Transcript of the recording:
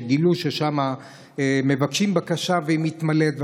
שגילו ששם מבקשים בקשה והיא מתמלאת.